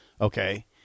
okay